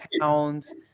pounds